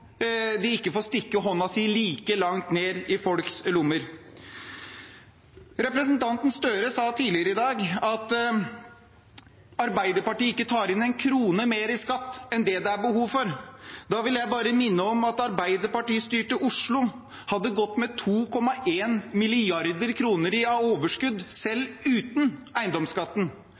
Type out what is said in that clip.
de ikke får stikke hånden sin like langt ned i folks lommer. Representanten Gahr Støre sa tidligere i dag at Arbeiderpartiet ikke tar inn en krone mer i skatt enn det det er behov for. Da vil jeg bare minne om at Arbeiderparti-styrte Oslo ville ha gått med 2,1 mrd. kr i overskudd selv uten eiendomsskatten.